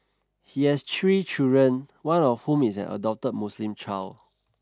he has three children one of whom is an adopted Muslim child